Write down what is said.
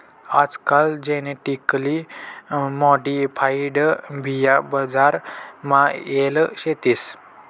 आजकाल genetically modified बिया बजार मा येल शेतीस